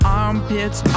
armpits